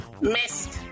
Missed